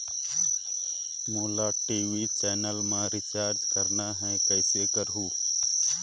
मोला TV channel मा recharge करना हे, कइसे करहुँ?